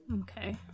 Okay